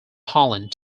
holland